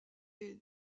est